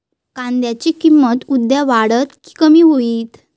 कांद्याची किंमत उद्या वाढात की कमी होईत?